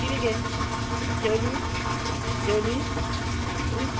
किदें गे जेवली जेवली तूं